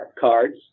cards